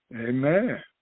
Amen